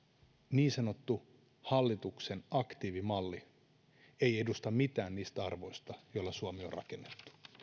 niin sanottu aktiivimalli ei edusta mitään niistä arvoista joilla suomi on rakennettu